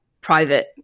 private